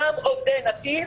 גם עובדי נתיב